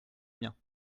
bien